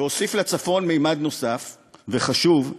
אוסיף לצפון ממד נוסף וחשוב,